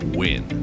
win